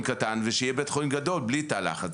קטן ושיהיה בית חולים גדול בלי תא לחץ.